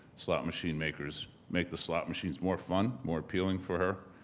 slot machine makers make the slot machines more fun, more appealing for her.